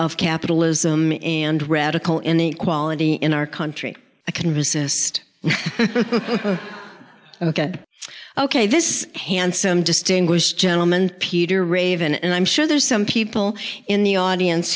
of capitalism and radical inequality in our country can resist ok ok this handsome distinguished gentleman peter raven and i'm sure there are some people in the audience